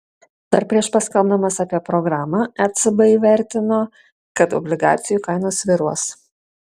dar prieš paskelbdamas apie programą ecb įvertino kad obligacijų kainos svyruos